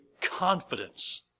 confidence